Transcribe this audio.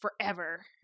forever